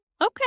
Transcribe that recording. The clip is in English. Okay